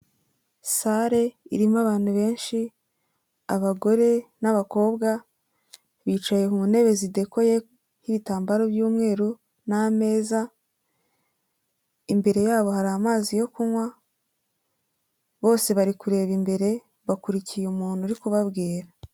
Sale irimo abantu benshi, abagore n'abakobwa, bicaye ku ntebe zidekoyeho ibitambaro by'umweru n'ameza, imbere yabo hari amazi yo kunywa, bose bari kureba imbere, bakurikiye umuntu uri kubabwira.